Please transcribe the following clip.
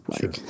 Sure